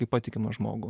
kaip patikimą žmogų